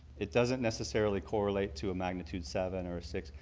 it doesn't necessarily correlate to a magnitude seven or six.